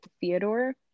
Theodore